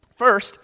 First